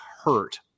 hurt